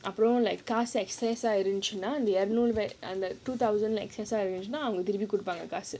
காசு:kaasu excess ah இருந்துச்சுன்னா:irunthuchunaa two thousand excess திருப்பி குடுப்பாங்க காசு:thiruppi koduppaanga kaasu